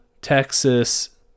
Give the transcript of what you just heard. Texas